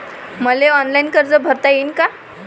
मले ऑनलाईन कर्ज भरता येईन का?